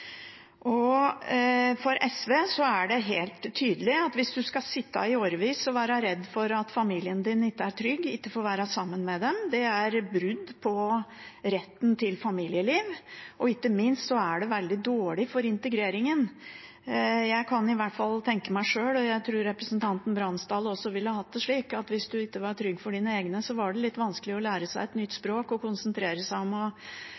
For SV er det helt tydelig at hvis en skal sitte i årevis og være redd for at familien ikke er trygg, ikke få være sammen med dem, er det brudd på retten til familieliv, og ikke minst er det veldig dårlig for integreringen. Jeg kan i hvert fall tenke meg sjøl – og jeg tror representanten Bransdal også ville hatt det slik – at hvis en ikke er trygg for ens egne, så er det litt vanskelig å lære seg et nytt språk og konsentrere seg om